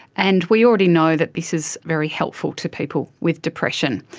and we already know that this is very helpful to people with depression.